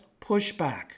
pushback